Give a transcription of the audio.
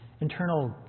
internal